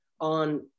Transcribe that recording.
on